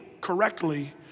correctly